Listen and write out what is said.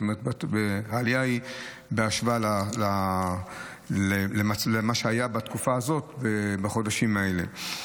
זאת אומרת שהעלייה היא בהשוואה למה שהיה בתקופה הזאת ובחודשים האלה.